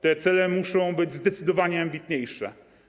Te cele muszą być zdecydowanie ambitniejsze.